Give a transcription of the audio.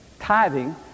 tithing